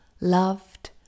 loved